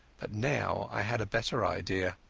but now i had a better idea.